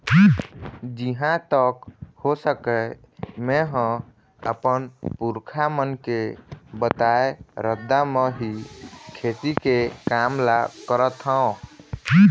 जिहाँ तक हो सकय मेंहा हमर पुरखा मन के बताए रद्दा म ही खेती के काम ल करथँव